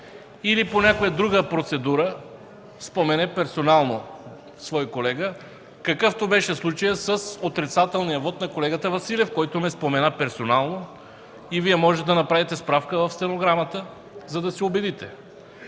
или по някоя друга процедура, спомене персонално свой колега, какъвто беше случаят с отрицателния вот на колегата Василев, който ме спомена персонално и Вие можете да направите справка в стенограмата, за да се убедите.